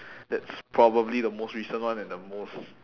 that's probably the most recent one and the most